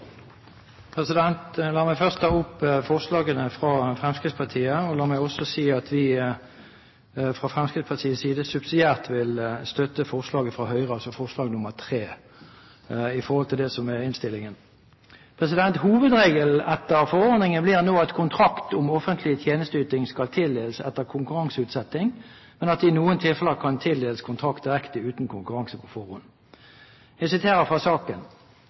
La meg først ta opp forslagene fra Fremskrittspartiet. La meg også si at vi fra Fremskrittspartiets side subsidiært vil støtte forslag nr. 3, fra Høyre. Hovedregelen etter forordningen blir nå at kontrakt om offentlig tjenesteyting skal tildeles etter konkurranseutsetting, men at det i noen tilfeller kan tildeles kontrakt direkte uten direkte konkurranse på forhånd. Jeg siterer fra